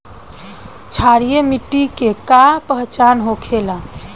क्षारीय मिट्टी के का पहचान होखेला?